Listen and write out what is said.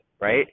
right